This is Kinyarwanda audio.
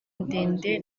ndende